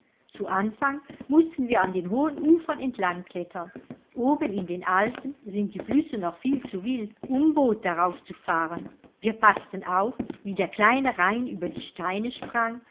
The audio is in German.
zu anfang mußten wir an den hohen ufern entlang klettern oben in den alpen sind die flüsse noch viel zu wild um boot darauf zu fahren wir paßten auf wie der kleine rhein über die steine sprang